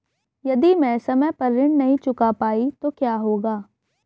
यदि मैं समय पर ऋण नहीं चुका पाई तो क्या होगा?